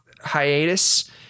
hiatus